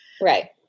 Right